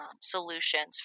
solutions